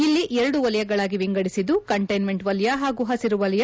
ಇಲ್ಲಿ ಎರಡು ವಲಯಗಳಾಗಿ ಎಂಗಡಿಸಿದ್ದು ಕಂಟ್ಲೆನ್ಮೆಂಟ್ ವಲಯ ಹಾಗೂ ಹಸಿರು ವಲಯ